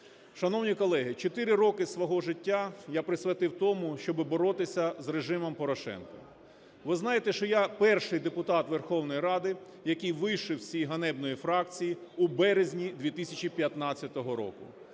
Шановні колеги, чотири роки свого життя я присвятив тому, щоби боротися з режимом Порошенка. Ви знаєте, що я – перший депутат Верховної Ради, який вийшов з цієї ганебної фракції у березні 2015 року.